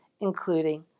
including